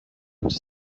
coach